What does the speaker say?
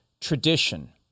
tradition